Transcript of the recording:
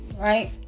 right